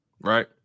Right